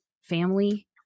family